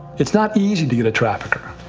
it's not easy to get a trafficker.